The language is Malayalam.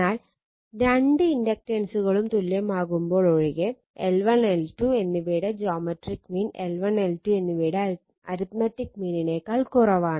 എന്നാൽ രണ്ട് ഇൻഡക്റ്റൻസുകളും തുല്യമാകുമ്പോൾ ഒഴികെ L1 L2 എന്നിവയുടെ ജോമെട്രിക് മീൻ L1 L2 എന്നിവയുടെ അരിത്മെറ്റിക് മീനിനേക്കാൾ കുറവാണ്